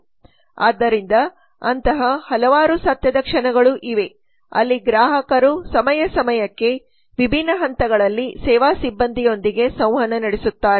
ಆದ್ದರಿಂದ ಅಂತಹ ಹಲವಾರು ಸತ್ಯದ ಕ್ಷಣಗಳು ಇವೆ ಅಲ್ಲಿ ಗ್ರಾಹಕರು ಸಮಯ ಸಮಯಕ್ಕೆ ವಿಭಿನ್ನ ಹಂತಗಳಲ್ಲಿ ಸೇವಾ ಸಿಬ್ಬಂದಿಯೊಂದಿಗೆ ಸಂವಹನ ನಡೆಸುತ್ತಾರೆ